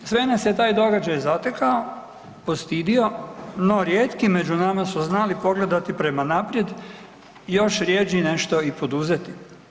Sve nas je taj događaj zatekao, postidio, no rijetki među nama su znali pogledati prema naprijed, još rjeđi nešto i poduzeti.